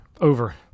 Over